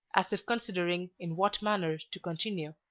as if considering in what manner to continue.